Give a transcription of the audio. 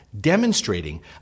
demonstrating